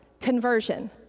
conversion